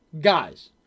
guys